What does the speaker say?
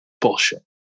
bullshit